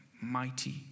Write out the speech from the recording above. mighty